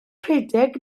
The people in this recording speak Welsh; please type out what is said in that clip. rhedeg